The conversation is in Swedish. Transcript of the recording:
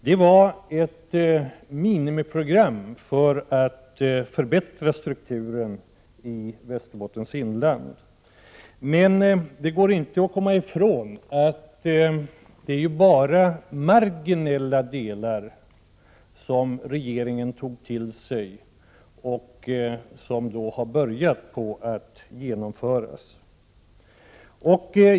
Det var ett minimiprogram för att förbättra strukturen i Västerbottens inland, men det går inte att komma ifrån att det bara är marginella delar som regeringen har tagit till sig och som man har börjat genomföra.